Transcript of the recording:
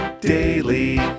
daily